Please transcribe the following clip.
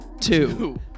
two